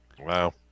Wow